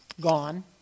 gone